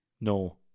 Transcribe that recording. No